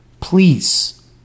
please